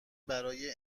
برای